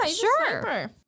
sure